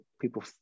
people